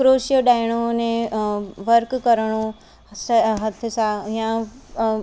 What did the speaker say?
crochet ठाहिणो अने work करणो हथ सां यां